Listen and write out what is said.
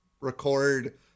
record